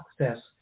access